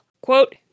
quote